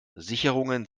sicherungen